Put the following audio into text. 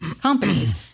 companies